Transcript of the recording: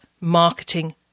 marketing